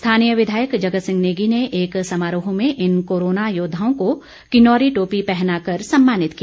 स्थानीय विधायक जगत सिंह नेगी ने एक समारोह में इन कोरोना योद्वाओं को किन्नौरी टोपी पहनाकर सम्मानित किया